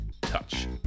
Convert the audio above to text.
touch